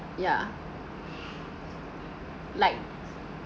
yeah like